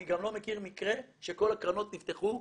אני גם לא מכיר מקרה שכל הקרנות נפתחו,